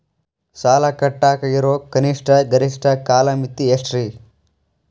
ಸಾಲ ಕಟ್ಟಾಕ ಇರೋ ಕನಿಷ್ಟ, ಗರಿಷ್ಠ ಕಾಲಮಿತಿ ಎಷ್ಟ್ರಿ?